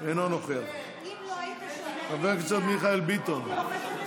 החוק הזה לא